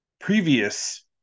previous